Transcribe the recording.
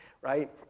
right